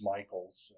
Michaels